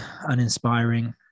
uninspiring